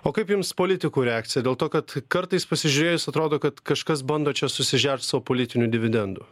o kaip jums politikų reakcija dėl to kad kartais pasižiūrėjus atrodo kad kažkas bando čia susižert sau politinių dividendų